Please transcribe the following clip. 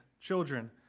Children